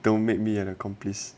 don't make me an accomplice